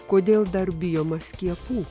kodėl dar bijoma skiepų